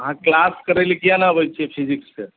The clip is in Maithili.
अहाँ क्लास करै लय किए नहि अबै छियै फिजिक्स के